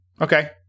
okay